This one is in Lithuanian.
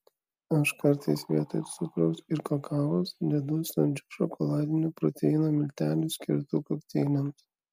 aš kartais vietoj cukraus ir kakavos dedu saldžių šokoladinių proteino miltelių skirtų kokteiliams